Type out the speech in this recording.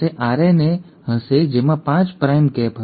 તેમાં એક્ઝન ૧ હશે અને તે પછી તેની વચ્ચે ઇન્ટ્રોન હશે